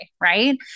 Right